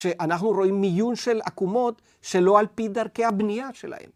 ‫שאנחנו רואים מיון של עקומות ‫שלא על פי דרכי הבנייה שלהן.